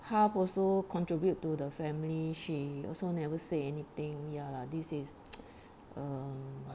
half also contribute to the family she also never say anything ya lah this is err